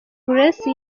grace